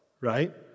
right